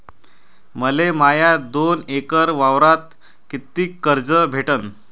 मले माया दोन एकर वावरावर कितीक कर्ज भेटन?